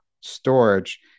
storage